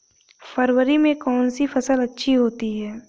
फरवरी में कौन सी फ़सल अच्छी होती है?